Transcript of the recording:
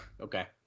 okay